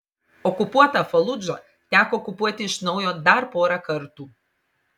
okupuotą faludžą teko okupuoti iš naujo dar porą kartų